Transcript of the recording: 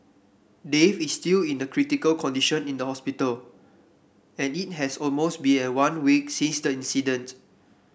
Dave is still in critical condition in the hospital and it has almost been a one week since the incident